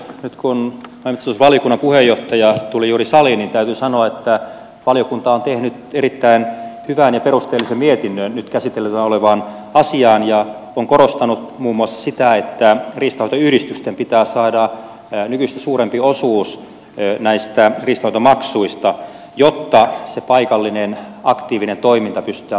nyt kun maa ja metsätalousvaliokunnan puheenjohtaja tuli juuri saliin niin täytyy sanoa että valiokunta on tehnyt erittäin hyvän ja perusteellisen mietinnön nyt käsittelyssä olevaan asiaan ja on korostanut muun muassa sitä että riistanhoitoyhdistysten pitää saada nykyistä suurempi osuus näistä riistanhoitomaksuista jotta se paikallinen aktiivinen toiminta pystytään turvaamaan